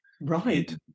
Right